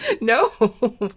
No